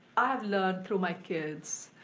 ah learned through my kids.